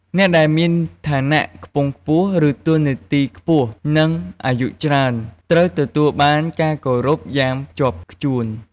អ្នកដែលមាន ឋានៈខ្ពង់ខ្ពស់ ឬតួនាទីខ្ពស់ និង អាយុច្រើន ត្រូវទទួលបានការគោរពយ៉ាងខ្ជាប់ខ្ជួន។